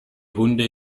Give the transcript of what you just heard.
hunde